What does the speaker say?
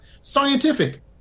scientific